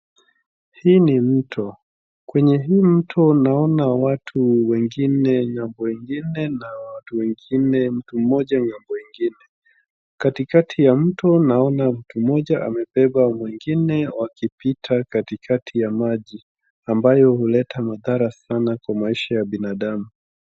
Hii ni mto, kwenye hii mto naona watu wengine ng'ambo ingine na watu wengine, mtu mmoja ng'ambo ingine. Katikati ya mto naona mtu mmoja amebeba mwengine wakipita katikati ya maji ambayo huleta madhara sana kwa maisha ya binadamu.